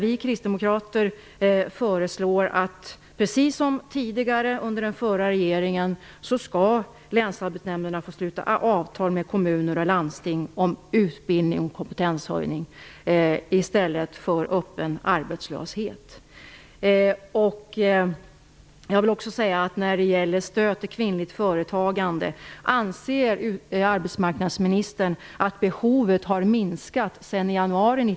Vi kristdemokrater föreslår, precis som under den förra regeringen, att länsarbetsnämnderna skall få sluta avtal med kommuner och landsting om utbildning och kompetenshöjning i stället för öppen arbetslöshet.